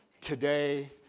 today